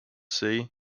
say